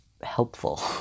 helpful